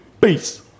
Peace